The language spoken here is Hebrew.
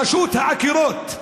רשות העקירות,